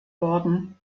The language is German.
worden